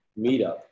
meetup